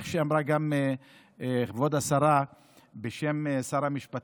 כמו שאמרה גם כבוד השרה בשם שר המשפטים,